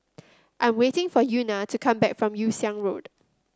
I'm waiting for Euna to come back from Yew Siang Road